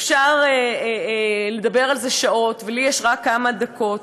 אפשר לדבר על זה שעות, ולי יש רק כמה דקות.